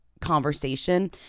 conversation